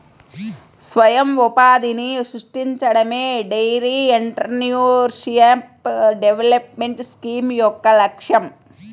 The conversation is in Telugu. స్వయం ఉపాధిని సృష్టించడమే డెయిరీ ఎంటర్ప్రెన్యూర్షిప్ డెవలప్మెంట్ స్కీమ్ యొక్క లక్ష్యం